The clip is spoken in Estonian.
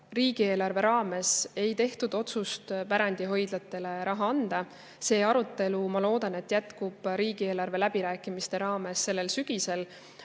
riigieelarve raames ei tehtud otsust pärandihoidlatele raha anda. See arutelu, ma loodan, jätkub riigieelarve läbirääkimiste raames sellel sügisel.